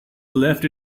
left